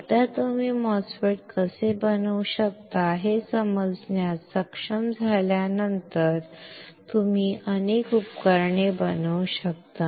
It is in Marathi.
एकदा तुम्ही MOSFET कसे बनवू शकता हे समजण्यास सक्षम झाल्यानंतर नंतर तुम्ही अनेक उपकरणे बनवू शकता